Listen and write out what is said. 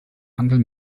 handel